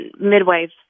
midwives